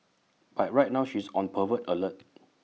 but right now she is on pervert alert